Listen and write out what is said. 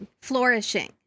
flourishing